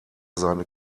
seine